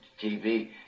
TV